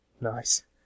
Nice